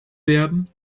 werden